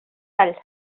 sal